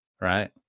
Right